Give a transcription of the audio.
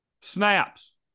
snaps